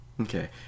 Okay